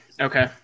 Okay